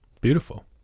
Beautiful